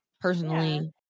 personally